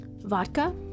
vodka